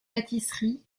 pâtisserie